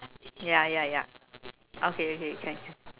ya ya ya okay okay can